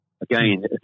Again